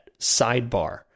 sidebar